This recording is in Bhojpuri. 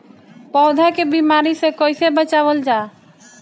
पौधा के बीमारी से कइसे बचावल जा?